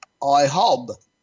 IHOB